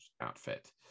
outfit